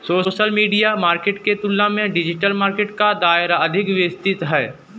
social media marketing की तुलना में डिजिटल मार्केटिंग का दायरा अधिक विस्तृत है